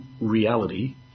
reality